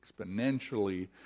exponentially